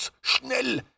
schnell